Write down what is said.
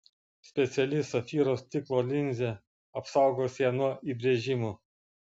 speciali safyro stiklo linzė apsaugos ją nuo įbrėžimų